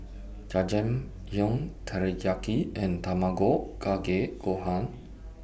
Jajangmyeon Teriyaki and Tamago Kake Gohan